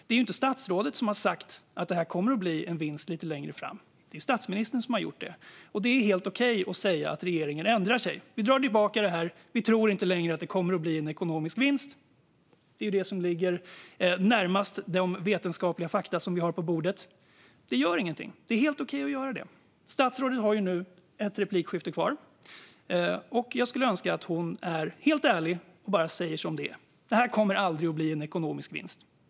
Det är ju inte statsrådet som har sagt att migrationen kommer att bli en vinst lite längre fram. Det är det statsministern som har gjort. Och det är helt okej att regeringen ändrar sig och säger: Vi drar tillbaka det här. Vi tror inte längre att det kommer att bli en ekonomisk vinst, för det är det som ligger närmast de vetenskapliga fakta som vi har på bordet. Det gör ingenting. Det är helt okej att göra det. Statsrådet har nu ett inlägg kvar, och jag skulle önska att hon är helt ärlig och bara säger som det är. Det här kommer aldrig att bli en ekonomisk vinst.